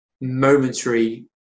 momentary